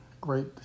great